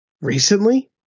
recently